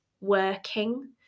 working